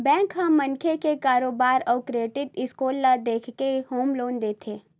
bank ह मनखे के कारोबार अउ क्रेडिट स्कोर ल देखके होम लोन देथे